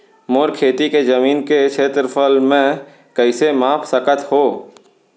मोर खेती के जमीन के क्षेत्रफल मैं कइसे माप सकत हो?